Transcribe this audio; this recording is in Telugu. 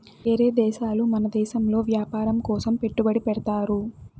ఏరే దేశాలు మన దేశంలో వ్యాపారం కోసం పెట్టుబడి పెడ్తారు